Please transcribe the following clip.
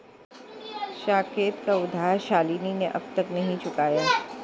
साकेत का उधार शालिनी ने अब तक नहीं चुकाया है